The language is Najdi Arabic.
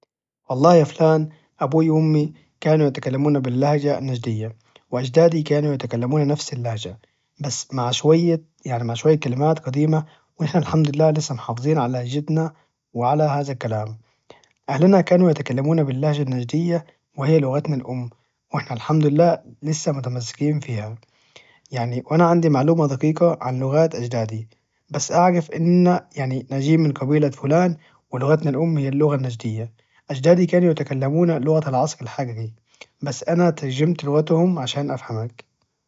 والله يافلان أبوي وأمي كانوا يتكلمون باللهجة النجدية واجدادي كانوا يتكلمون نفس اللهجة بس مع شوية يعني مع شوية كلمات قديمة واحنا الحمد لله لسه محافظين ع لهجتنا وعلى هذا الكلام أهلنا كانوا يتكلمون باللهجة النجدية وهي لغتنا الأم وإحنا الحمد لله لسه متمسكين فيها يعني وانا عندي معلومة دقيقة عن لغات أجدادي بس أعرف انن يعني نجي من قبيلة فلان ولغتنا الأم هي اللغة النجدية أجدادي كانوا يتكلمون لغة العصر الحجري بس أنا ترجمت لغتهم علشان افهمك